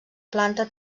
planta